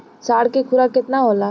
साँढ़ के खुराक केतना होला?